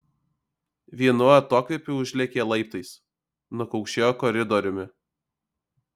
vienu atokvėpiu užlėkė laiptais nukaukšėjo koridoriumi